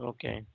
Okay